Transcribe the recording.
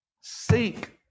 Seek